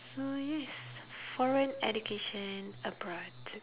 so yes foreign education abroad